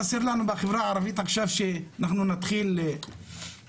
חסר לנו בחברה הערבית עכשיו שאנחנו נתחיל קנאביס?